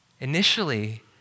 Initially